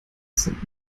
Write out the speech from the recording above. sind